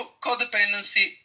codependency